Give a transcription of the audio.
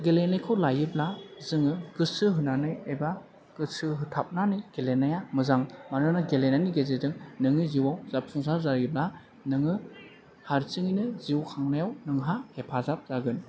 गेलेनायखौ लायोब्ला जोङो गोसो होनानै एबा गोसो होथाबनानै गेलेनाया मोजां मानोना गेलेनायनि गेजेरजों नोंनि जिउआव जाफुंसार जायोबा नोङो हारसिङैनो जिउ खांनायाव नोंहा हेफाजाब जागोन